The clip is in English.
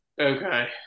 Okay